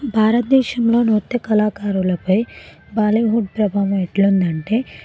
భారతదేశంలో నృత్య కళాకారులపై బాలీవుడ్ ప్రభావం ఎట్లుందంటే